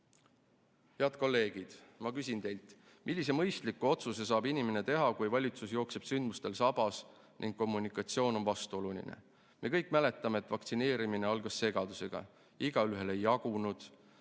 kolleegid, ma küsin teilt: millise mõistliku otsuse saab inimene teha, kui valitsus jookseb sündmustel sabas ning kommunikatsioon on vastuoluline? Me kõik mäletame, et vaktsineerimine algas segadusega, igaühele ei jagunud